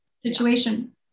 situation